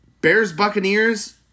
Bears-Buccaneers